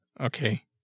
okay